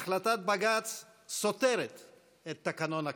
החלטת בג"ץ סותרת את תקנון הכנסת.